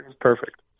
Perfect